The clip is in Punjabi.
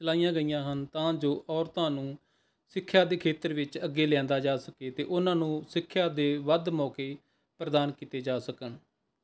ਚਲਾਈਆਂ ਗਈਆਂ ਹਨ ਤਾਂ ਜੋ ਔਰਤਾਂ ਨੂੰ ਸਿੱਖਿਆ ਦੇ ਖੇਤਰ ਵਿੱਚ ਅੱਗੇ ਲਿਆਉਂਦਾ ਜਾ ਸਕੇ ਅਤੇ ਉਹਨਾਂ ਨੂੰ ਸਿੱਖਿਆ ਦੇ ਵੱਧ ਮੌਕੇ ਪ੍ਰਦਾਨ ਕੀਤੇ ਜਾ ਸਕਣ